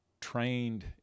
trained